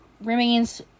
remains